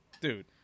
dude